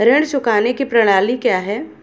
ऋण चुकाने की प्रणाली क्या है?